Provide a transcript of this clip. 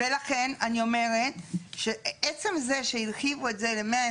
לכן אני אומרת, שעצם זה שהרחיבו את זה ל-120,